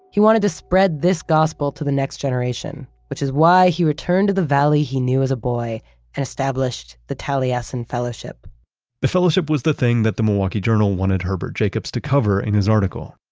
he wanted to spread this gospel to the next generation, which is why he returned to the valley he knew as a boy and established the taliesin fellowship the fellowship was the thing that the milwaukee journal wanted herbert jacobs to cover in his article.